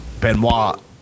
Benoit